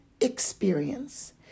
Experience